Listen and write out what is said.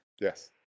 Yes